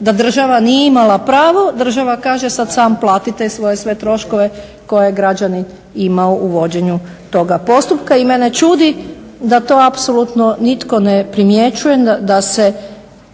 da država nije imala pravo, država kaže sada sam plati te svoje troškove koje je građanin imao u vođenju toga postupka. I mene čudi da to apsolutno nitko ne primjećuje da se